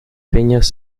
viñas